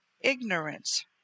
ignorance